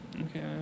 Okay